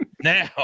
Now